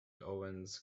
owens